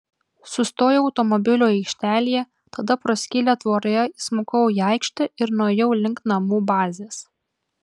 sustojau automobilių aikštelėje tada pro skylę tvoroje įsmukau į aikštę ir nuėjau link namų bazės